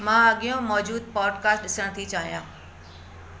मां अॻियों मौजूदु पोडकास्ट डिसण थी चाहियां